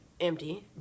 empty